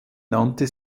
nannte